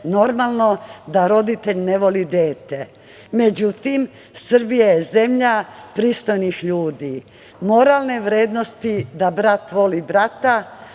normalno da roditelj ne voli dete.Međutim, Srbija je zemlja pristojnih ljudi. Moralne vrednosti da brat voli brata,